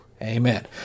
Amen